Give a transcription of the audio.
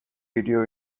video